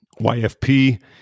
YFP